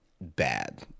bad